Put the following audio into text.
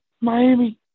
Miami